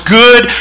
good